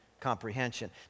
comprehension